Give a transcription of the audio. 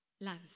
Love